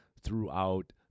throughout